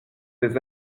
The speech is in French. des